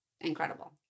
incredible